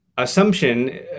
Assumption